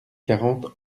quarante